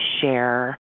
share